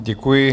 Děkuji.